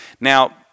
Now